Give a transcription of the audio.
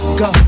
go